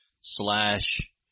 slash